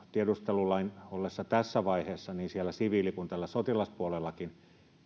tiedustelulain ollessa tässä vaiheessa siellä siviili kuin tällä sotilaspuolellakin